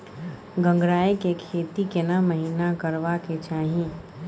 गंगराय के खेती केना महिना करबा के चाही?